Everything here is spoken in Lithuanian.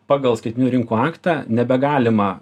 pagal skaitminių rinkų aktą nebegalima